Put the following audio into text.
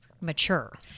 mature